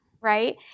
right